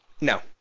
No